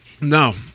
No